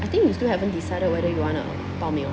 I think you still haven't decided whether you wanna 报名 or